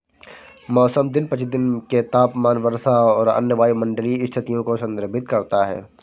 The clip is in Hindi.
मौसम दिन प्रतिदिन के तापमान, वर्षा और अन्य वायुमंडलीय स्थितियों को संदर्भित करता है